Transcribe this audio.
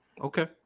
Okay